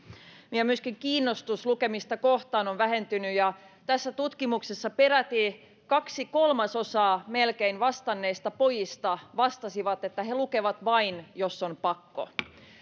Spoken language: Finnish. ja myöskin kiinnostus lukemista kohtaan on vähentynyt ja tässä tutkimuksessa peräti melkein kaksi kolmasosaa vastanneista pojista vastasi että he lukevat vain jos on pakko